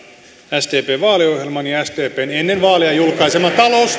sdpn vaaliohjelman ja ja sdpn ennen vaaleja julkaiseman